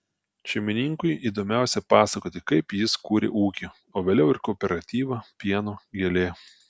šeimininkui įdomiausia pasakoti kaip jis kūrė ūkį o vėliau ir kooperatyvą pieno gėlė